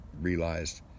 realized